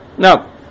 Now